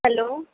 hello